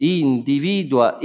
individua